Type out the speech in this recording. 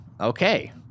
Okay